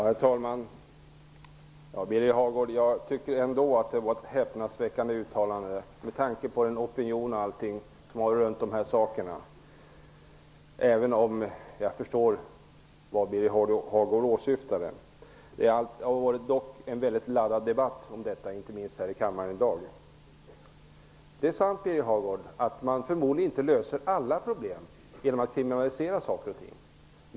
Herr talman! Jag tycker att det var ett häpnadsväckande uttalande med tanke opinionen i den här saken, även om jag förstår vad Birger Hagård åsyftade. Det har dock varit en laddad debatt inte minst i kammaren i dag. Det är sant, Birger Hagård, att man förmodligen inte löser alla problem genom att kriminalisera saker och ting.